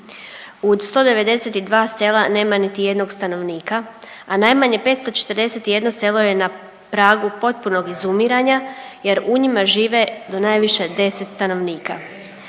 u 192 sela nema niti jednog stanovnika, a najmanje 541 selo je na pragu potpunog izumiranja jer u njima žive do najviše 10 stanovnika,